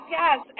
yes